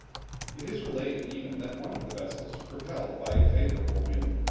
it is related even that one of the vessels propelled by a favourable wind,